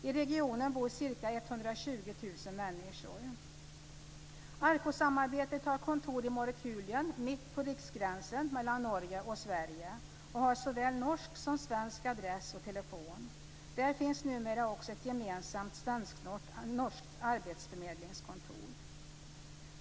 I regionen bor ca Sverige, och har såväl norsk som svensk adress och telefon. Där finns numera också ett gemensamt svensk-norskt arbetsförmedlingskontor.